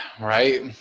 right